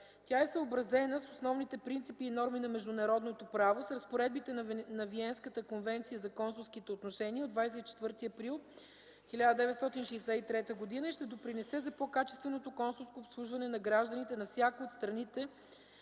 Тя е съобразена с основните принципи и норми на международното право, с разпоредбите на Виенската конвенция за консулските отношения от 24 април 1963 г. и ще допринесе за по-качественото консулско обслужване на гражданите на всяка от страните